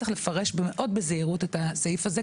צריך לפרש מאוד בזהירות את הסעיף הזה,